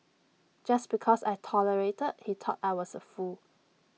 just because I tolerated he thought I was A fool